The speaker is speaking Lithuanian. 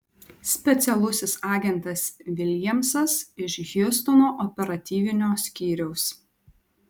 specialusis agentas viljamsas iš hjustono operatyvinio skyriaus